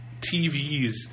TVs